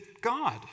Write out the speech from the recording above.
God